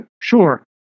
sure